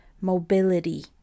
mobility